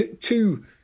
two